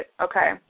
Okay